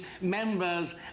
members